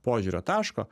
požiūrio taško